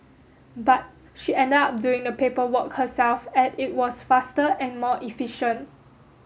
but she ended up doing the paperwork herself at it was faster and more efficient